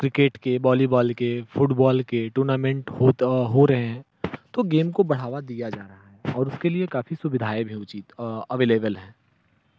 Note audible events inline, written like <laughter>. cricket के volleyball के football के टूर्नामेंट होत हो रहे हैं तो गेम को बढ़ावा दिया जा रहा है और उसके लिए काफ़ी सुविधाएँ भी <unintelligible> अवेलेबल हैं